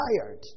tired